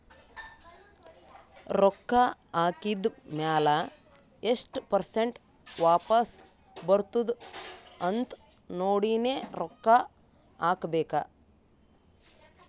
ರೊಕ್ಕಾ ಹಾಕಿದ್ ಮ್ಯಾಲ ಎಸ್ಟ್ ಪರ್ಸೆಂಟ್ ವಾಪಸ್ ಬರ್ತುದ್ ಅಂತ್ ನೋಡಿನೇ ರೊಕ್ಕಾ ಹಾಕಬೇಕ